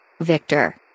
Victor